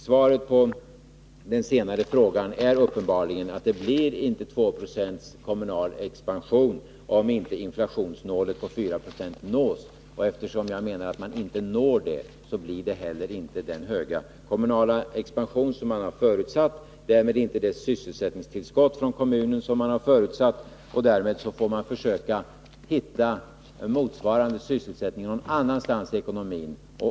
Svaret på den senare frågan är uppenbarligen att det inte blir 2 26 kommunal expansion om inte inflationsmålet på 4 96 nås. Jag menar att det inte kommer att nås, och då blir det inte heller den höga kommunala expansion som man har förutsatt, och därmed inte de sysselsättningstillskott från kommunerna som man har förutsatt. Då får man försöka hitta motsvarande sysselsättning någon annanstans i ekonomin.